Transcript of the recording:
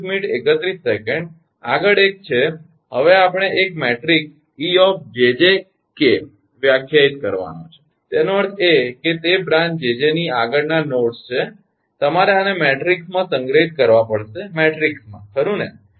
આગળ એક છે હવે આપણે એક મેટ્રિક્સ 𝑒𝑗𝑗𝑘 વ્યાખ્યાયિત કરવાનો છે તેનો અર્થ એ કે તે બ્રાંચ 𝑗𝑗 ની આગળના નોડ્સ છે તમારે આને મેટ્રિક્સમાં સંગ્રહિત કરવા પડશે મેટ્રિક્સમાં ખરુ ને